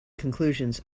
conclusions